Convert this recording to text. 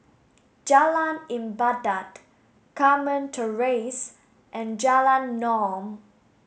Jalan Ibadat Carmen Terrace and Jalan Naung